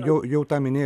jau tą minėjote